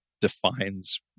defines